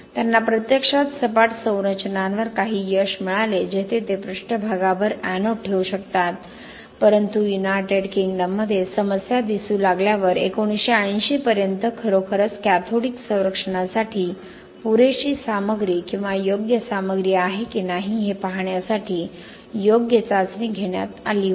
त्यांना प्रत्यक्षात सपाट संरचनांवर काही यश मिळाले जेथे ते पृष्ठभागावर एनोड ठेवू शकतात परंतु युनायटेड किंगडममध्ये समस्या दिसू लागल्यावर 1980 पर्यंत खरोखरच कॅथोडिक संरक्षणासाठी पुरेशी सामग्री किंवा योग्य सामग्री आहे की नाही हे पाहण्यासाठी योग्य चाचणी घेण्यात आली होती